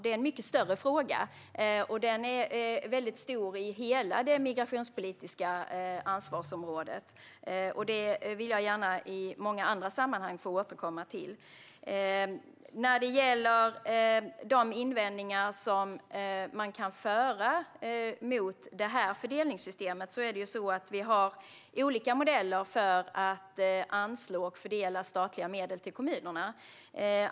Det är en mycket större fråga, och den är mycket stor inom hela det migrationspolitiska ansvarsområdet. Det vill jag gärna återkomma till i många andra sammanhang. När det gäller de invändningar som man kan framföra mot detta fördelningssystem har vi olika modeller för att anslå och fördela statliga medel till kommunerna.